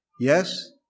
Yes